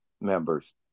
members